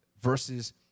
versus